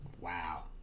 Wow